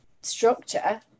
structure